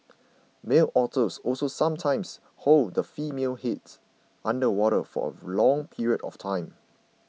male otters also sometimes hold the female's head under water for a long period of time